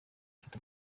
afite